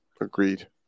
Agreed